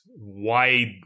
wide